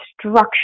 structure